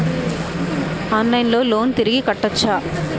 ఆన్లైన్లో లోన్ తిరిగి కట్టోచ్చా?